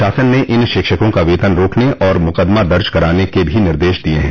शासन ने इन शिक्षकों का वेतन रोकने और मुकदमा दर्ज कराने के भी निर्देश दिए हैं